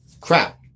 crap